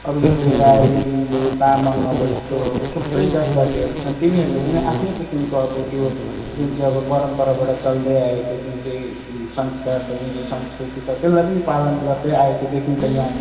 अब जस्तै राई लिम्बू तामाङ अब यस्तो थुप्रै जात जातिहरू छन् तिनीहरूले पनि आफ्नै किसिमको अब त्यो जुन चाहिँ अब परम्पराबाट चल्दै आएको जुन चाहिँ संस्कार छ संस्कृति छ त्यसलाई पनि पालन गर्दै आएको देखिन्छ यहाँ